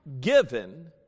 given